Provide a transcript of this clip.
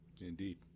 Indeed